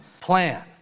plan